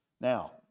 Now